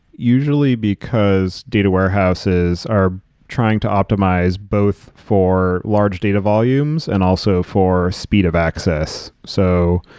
usually because data warehouses are trying to optimize both for large data volumes and also for speed of access. so,